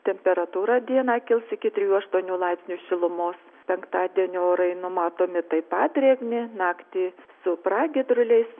temperatūra dieną kils iki trijų aštuonių laipsnius šilumos penktadienio orai numatomi taip pat drėgni naktį su pragiedruliais